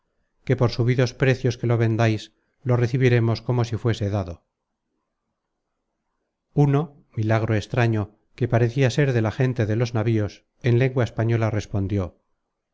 que por subidos precios que lo vendais lo recibiremos como si fuese dado uno milagro extraño que parecia ser de la gente de los navíos en lengua española respondió